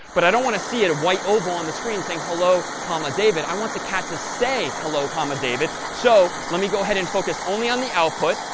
but i don't want to see a white oval on the screen saying hello, comma, david. i want the cat to say hello, comma, david. so let me go ahead and focus only on the output.